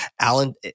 Alan